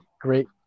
great